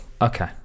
okay